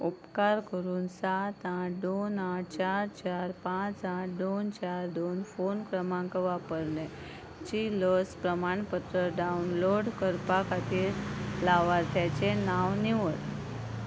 उपकार करून सात आठ दोन आठ चार चार पांच आठ दोन चार दोन फोन क्रमांक वापरले ची लस प्रमाणपत्र डावनलोड करपा खातीर लावार्थ्याचें नांव निवड